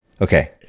Okay